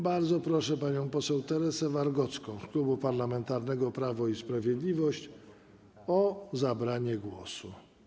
Bardzo proszę panią poseł Teresę Wargocką z Klubu Parlamentarnego Prawo i Sprawiedliwość o zabranie głosu.